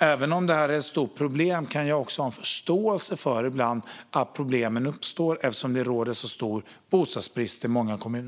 Även om det är ett stort problem kan jag också ha förståelse för att det uppstår eftersom det råder så stor bostadsbrist i många kommuner.